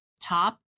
top